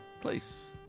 place